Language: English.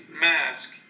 mask